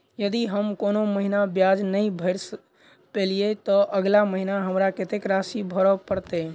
यदि हम कोनो महीना ब्याज नहि भर पेलीअइ, तऽ अगिला महीना हमरा कत्तेक राशि भर पड़तय?